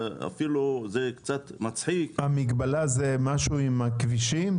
וזה אפילו קצת מצחיק --- המגבלה היא משהו עם הכבישים?